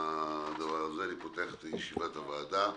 לפתוח את ישיבת הוועדה.